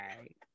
Right